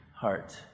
heart